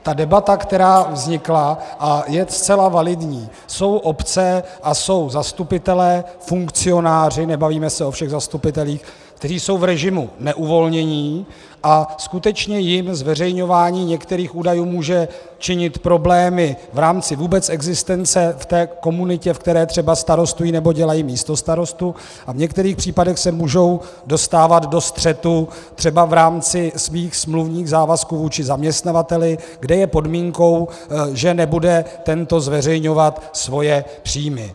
Ta debata, která vznikla, a je zcela validní, jsou obce a jsou zastupitelé, funkcionáři nebavíme se o všech zastupitelích kteří jsou v režimu neuvolnění, a skutečně jim zveřejňování některých údajů může činit problémy v rámci vůbec existence v té komunitě, v které třeba starostují nebo dělají místostarostu, a v některých případech se můžou dostávat do střetu třeba v rámci svých smluvních závazků vůči zaměstnavateli, kde je podmínkou, že nebude tento zveřejňovat svoje příjmy.